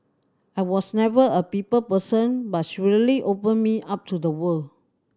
I was never a people person but she really opened me up to the world